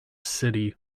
city